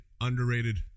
underrated